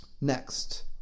Next